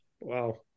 Wow